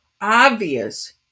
obvious